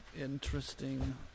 interesting